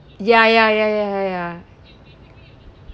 ya ya ya ya ya ya